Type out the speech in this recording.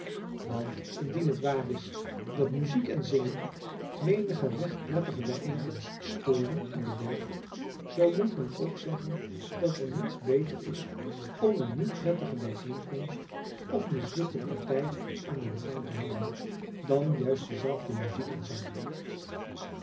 want indien het waar is dat muziek en zingen menige recht prettige bijeenkomst storen en bederven zoo moet men ook zeggen dat er niets beters is om een niet prettige bijeenkomst of mislukte partij aan den gang te houden dan juist diezelfde muziek en zang